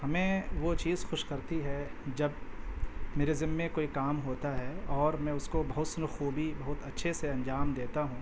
ہمیں وہ چیز خوش کرتی ہے جب میرے ذمے کوئی کام ہوتا ہے اور میں اس کو بحسن خوبی بہت اچھے سے انجام دیتا ہوں